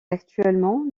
actuellement